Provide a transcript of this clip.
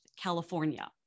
California